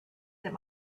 that